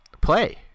play